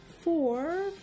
Four